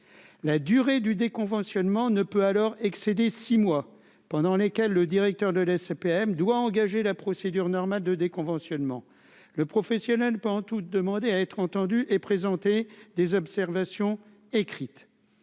la durée du déconventionnement ne peut alors excéder 6 mois pendant lesquels le directeur de la CPAM doit engager la procédure normale de déconventionnement le professionnel pantoute demander à être entendu et présenter des observations écrites,